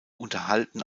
unterhalten